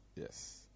Yes